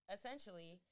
Essentially